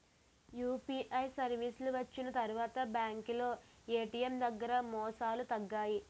UPI సర్వీసులు వచ్చిన తర్వాత బ్యాంకులో ఏటీఎం దగ్గర మోసాలు తగ్గాయి